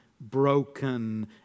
broken